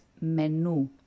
menu